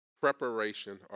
preparation